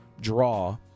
draw